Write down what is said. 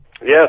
Yes